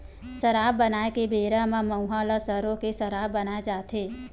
सराब बनाए के बेरा म मउहा ल सरो के सराब बनाए जाथे